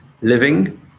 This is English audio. living